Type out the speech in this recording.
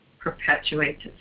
perpetuates